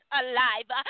alive